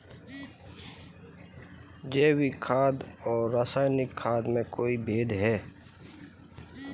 जैविक खाद और रासायनिक खाद में कोई भेद है?